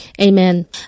amen